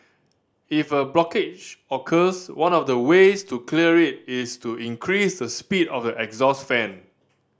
if a blockage occurs one of the ways to clear it is to increase the speed of the exhaust fan